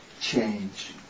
change